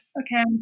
okay